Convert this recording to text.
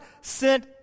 sent